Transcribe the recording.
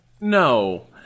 No